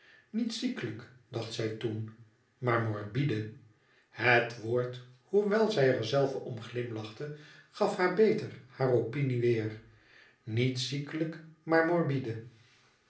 niet ziekelijk dacht zij toen maar morbide het vreemde woord hoewel zij er zelve om glimlachte gaf haar beter hare opinie weêr niet ziekelijk maar morbide